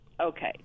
okay